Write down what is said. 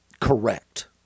correct